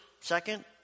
second